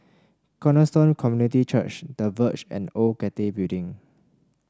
Cornerstone Community Church The Verge and Old Cathay Building